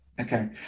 Okay